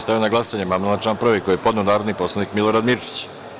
Stavljam na glasanje amandman na član 1. koji je podneo narodni poslanik Milorad Mirčić.